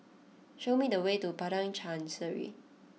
show me the way to Padang Chancery